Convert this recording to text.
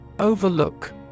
Overlook